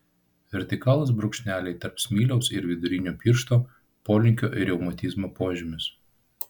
vertikalūs brūkšneliai tarp smiliaus ir vidurinio piršto polinkio į reumatizmą požymis